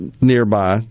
nearby